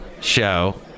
show